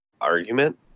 argument